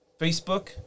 Facebook